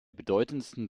bedeutendsten